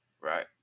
right